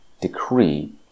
decree